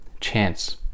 chance